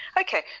Okay